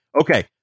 Okay